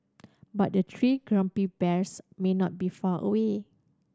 but the three grumpy bears may not be far away